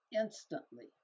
instantly